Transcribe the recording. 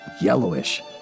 yellowish